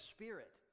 Spirit